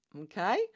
Okay